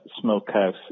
smokehouse